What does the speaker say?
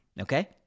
okay